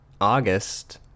August